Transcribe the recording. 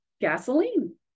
gasoline